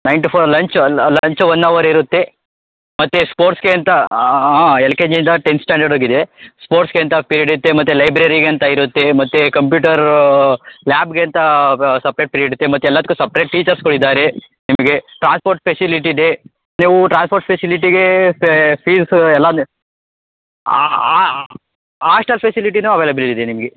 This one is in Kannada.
nine to four lunch lunch one hour ಇರುತ್ತೆ ಮತ್ತು ಸ್ಪೋರ್ಟ್ಸ್ಗೆ ಅಂತ ಎಲ್ ಕೆ ಜಿ ಇಂದ ಟೆನ್ತ್ ಸ್ಟ್ಯಾಂಡರ್ಡ್ವರ್ಗೂ ಇದೆ ಸ್ಪೋರ್ಟ್ಸ್ಗೆ ಅಂತ ಪಿರೆಡ್ ಇರುತ್ತೆ ಮತ್ತು ಲೈಬ್ರರಿಗೆ ಅಂತ ಇರುತ್ತೆ ಮತ್ತು ಕಂಪ್ಯೂಟರು ಲ್ಯಾಬ್ಗೆ ಅಂತ ಸಪ್ರೇಟ್ ಪಿರೆಡ್ ಇರುತ್ತೆ ಮತ್ತು ಎಲ್ಲದಕ್ಕೂ ಸಪ್ರೇಟ್ ಟೀಚರ್ಸ್ಗಳು ಇದ್ದಾರೆ ನಿಮಗೆ ಟ್ರಾನ್ಸ್ಪೋರ್ಟ್ ಫೆಸಿಲಿಟಿ ಇದೆ ನೀವು ಟ್ರಾನ್ಸ್ಪೋರ್ಟ್ ಫೆಸಿಲಿಟಿಗೆ ಫೀಸ್ ಎಲ್ಲ ಆಂ ಆಸ್ಟೆಲ್ ಪೆಸಿಲಿಟಿನೂ ಅವೇಲೆಬಲ್ ಇದೆ ನಿಮಗೆ